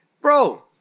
Bro